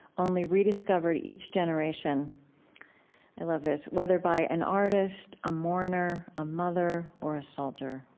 only rediscovered each generation i love this whether by an artist, a mourner, a mother, or a soldier.